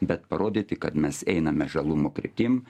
bet parodyti kad mes einame žalumo kryptim